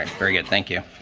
and very good. thank you.